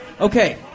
Okay